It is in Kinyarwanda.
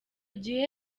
gihe